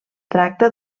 tracta